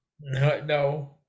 No